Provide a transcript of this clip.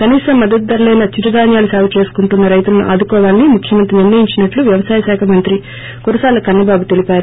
కనీస మద్గతు ధరలేని చిరు ధాన్యాలు సాగుచేస్తున్న రైతులను ఆదుకోవాలని ముఖ్యమంత్రి నిర్ణయించినట్లు వ్యవసాయ శాఖ మంత్రి కురసాల కన్నబాబు తెలిపారు